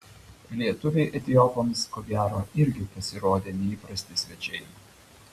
lietuviai etiopams ko gero irgi pasirodė neįprasti svečiai